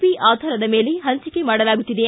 P ಆಧಾರದ ಮೇಲೆ ಹಂಚಿಕೆ ಮಾಡಲಾಗುತ್ತಿದೆ